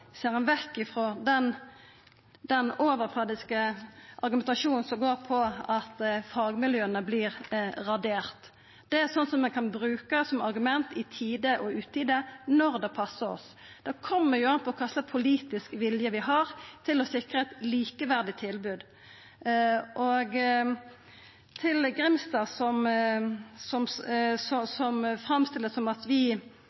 ser ein vekk frå den overflatiske argumentasjonen som handlar om at fagmiljøa vert raderte ut. Det er slikt vi kan bruka som argument i tide og utide når det passar oss. Det kjem an på kva slags politisk vilje vi har til å sikra eit likeverdig tilbod. Til representanten Grimstad, som framstiller det som om vi